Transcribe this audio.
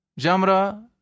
Jamra